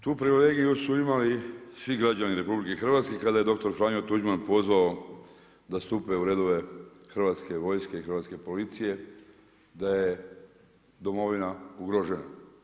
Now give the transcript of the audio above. Tu privilegiju su imali svi građani RH, kada je doktor Franjo Tuđman pozvao da stupe u redove Hrvatske vojske i Hrvatske policije, da je domovina ugrožena.